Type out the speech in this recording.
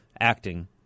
acting